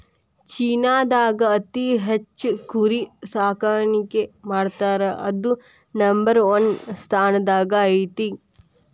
ಚೇನಾದಾಗ ಅತಿ ಹೆಚ್ಚ್ ಕುರಿ ಸಾಕಾಣಿಕೆ ಮಾಡ್ತಾರಾ ಅದು ನಂಬರ್ ಒನ್ ಸ್ಥಾನದಾಗ ಐತಿ